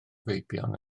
feibion